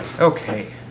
Okay